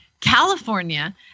California